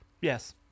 Yes